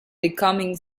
becoming